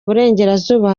burengerazuba